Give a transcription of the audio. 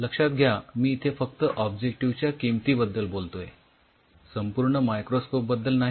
लक्षात घ्या मी इथे फक्त ऑब्जेक्टिव्ह च्या किमतीबद्दल बोलतोय संपूर्ण मायक्रोस्कोप बद्दल नाही